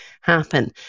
happen